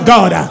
God